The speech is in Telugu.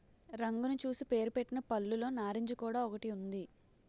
రంగును చూసి పేరుపెట్టిన పళ్ళులో నారింజ కూడా ఒకటి ఉంది